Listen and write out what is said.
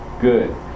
Good